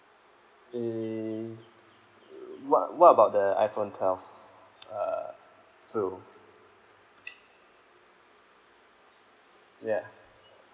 eh what what about the iphone twelve uh pro ya